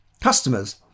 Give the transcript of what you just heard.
customers